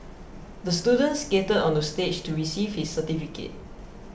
the student skated onto stage to receive his certificate